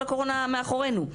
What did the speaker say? אבל הקורונה מאחורינו,